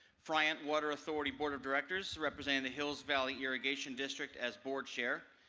friant water authority board of directors representing the hills valley irrigation district as board chair,